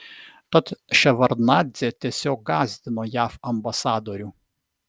tad ševardnadzė tiesiog gąsdino jav ambasadorių